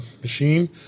machine